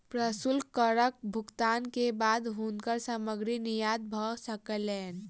प्रशुल्क करक भुगतान के बाद हुनकर सामग्री निर्यात भ सकलैन